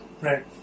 Right